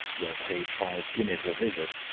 we are paid five guineas a visit.